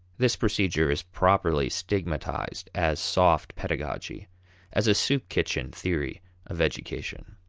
this procedure is properly stigmatized as soft pedagogy as a soup-kitchen theory of education.